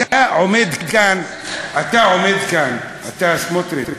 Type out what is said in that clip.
אתה עומד כאן, אתה עומד כאן, אתה, סמוטריץ,